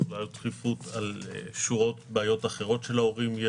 היא יכולה להיות דחיפות בשל בעיות אחרות שיש להורים,